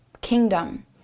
kingdom